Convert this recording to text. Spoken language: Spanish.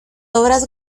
obras